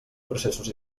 processos